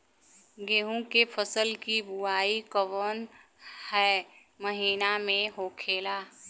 गेहूँ के फसल की बुवाई कौन हैं महीना में होखेला?